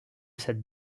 cette